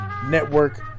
network